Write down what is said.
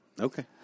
Okay